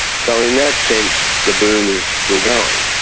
so in that sense the boom is still going.